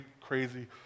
crazy